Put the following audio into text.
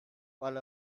while